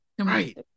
Right